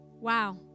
Wow